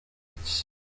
iki